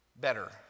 better